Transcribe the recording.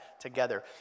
together